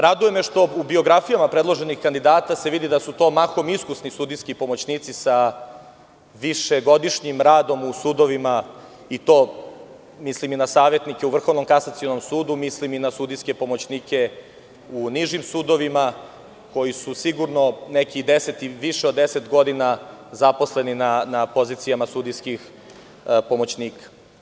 Raduje me što u biografijama predloženih kandidata se vidi da su to mahom iskusni sudijski pomoćnici sa višegodišnjim radom u sudovima i to, mislim i na savetnika u Vrhovnom kasacionom sudu i na pomoćnike u nižim sudovima koji su sigurno 10 i više od 10 godina zaposleni na pozicijama sudijskih pomoćnika.